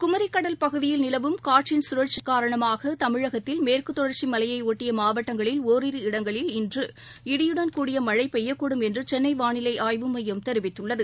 குமரிக்கடல் பகுதியில் நிலவம் காற்றின் சுழற்சிகாரணமாகதமிழகத்தில் மேற்குதொடர்ச்சிமலையலட்டயமாவட்டங்களில் இடங்களில் இன்று இடியுடன் கூடிய ஒரிரு மழைபெய்யக்கூடும் என்றுசென்னைவானிலைஆய்வு மையம் தெரிவித்துள்ளது